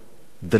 דלות.